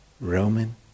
Roman